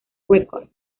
records